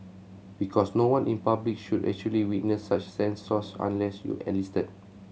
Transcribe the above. because no one in public should actually witness such scenes Source Unless you're enlisted